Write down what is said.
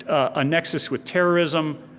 a nexus with terrorism.